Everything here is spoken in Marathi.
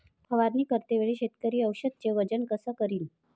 फवारणी करते वेळी शेतकरी औषधचे वजन कस करीन?